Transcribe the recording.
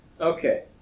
Okay